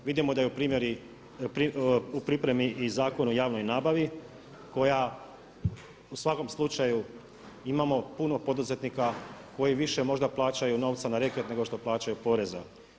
Vidimo da je u pripremi i Zakon o javnoj nabavi, koja u svakom slučaju imamo puno poduzetnika koji više možda plaćaju novca na reket nego što plaćaju poreza.